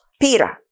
Peter